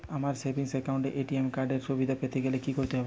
আমার savings account এ ATM card এর সুবিধা পেতে গেলে কি করতে হবে?